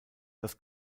das